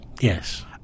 Yes